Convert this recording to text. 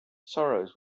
sorrows